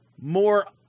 more